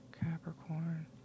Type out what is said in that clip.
Capricorn